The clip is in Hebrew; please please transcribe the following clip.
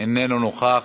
איננו נוכח,